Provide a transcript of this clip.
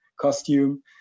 costume